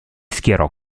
schierò